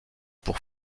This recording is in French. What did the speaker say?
pour